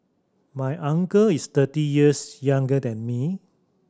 my uncle is thirty years younger than me